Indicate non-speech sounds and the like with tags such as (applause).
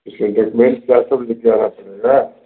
(unintelligible) document (unintelligible) लाना पड़ेगा